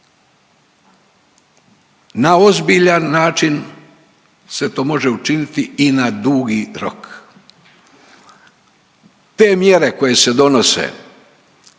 Na ozbiljan način se to može učiniti i na dugi rok. Te mjere koje se donose